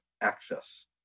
access